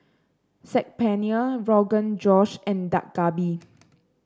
Saag Paneer Rogan Josh and Dak Galbi